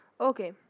Okay